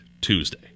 Tuesday